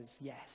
yes